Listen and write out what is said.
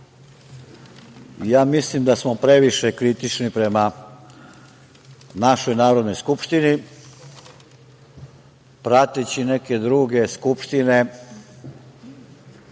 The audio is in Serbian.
ja mislim da smo previše kritični prema našoj Narodnoj skupštini. Prateći neke druge skupštine,